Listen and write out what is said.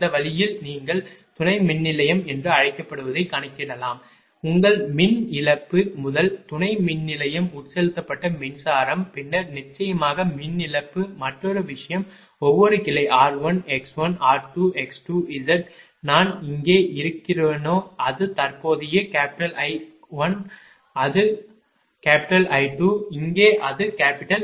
இந்த வழியில் நீங்கள் துணை மின்நிலையம் என்று அழைக்கப்படுவதை கணக்கிடலாம் உங்கள் மின் இழப்பு முதல் துணை மின்நிலையம் உட்செலுத்தப்பட்ட மின்சாரம் பின்னர் நிச்சயமாக மின் இழப்பு மற்றொரு விஷயம் ஒவ்வொரு கிளை r x r x Z நான் இங்கே இருக்கிறேனா அது தற்போதைய I1 அது I2 இங்கே அது I3